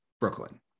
Brooklyn